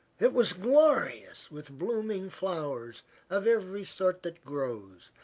it was glorious with blooming flowers of every sort that grows,